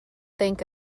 think